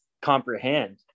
comprehend